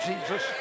Jesus